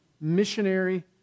missionary